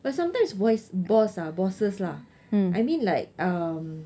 but sometimes boys boss bosses lah I mean like um